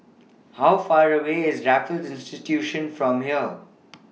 How Far away IS Raffles Institution from here